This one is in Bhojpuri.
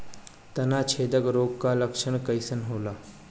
तना छेदक रोग का लक्षण कइसन होला?